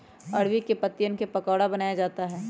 अरबी के पत्तिवन क पकोड़ा बनाया जाता है